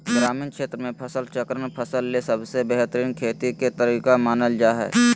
ग्रामीण क्षेत्र मे फसल चक्रण फसल ले सबसे बेहतरीन खेती के तरीका मानल जा हय